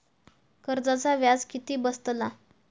कर्जाचा व्याज किती बसतला?